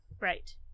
right